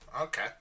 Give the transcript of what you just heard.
okay